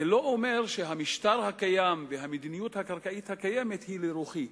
זה לא אומר שהמשטר הקיים והמדיניות הקרקעית הקיימת הם לרוחי.